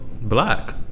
black